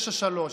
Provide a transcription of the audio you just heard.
9:3,